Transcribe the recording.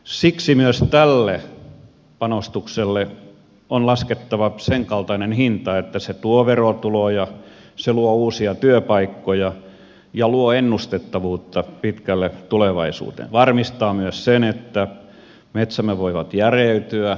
siksi myös tälle panostukselle on laskettava senkaltainen hinta että se tuo verotuloja luo uusia työpaikkoja luo ennustettavuutta pitkälle tulevaisuuteen sekä varmistaa myös sen että metsämme voivat järeytyä